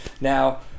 Now